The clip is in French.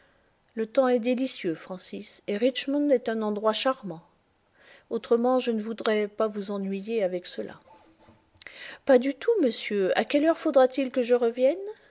le temps est délicieux francis et richmond est un endroit charmant autrement je ne voudrais pas vous ennuyer avec cela pas du tout monsieur a quelle heure faudra-t-il que je revienne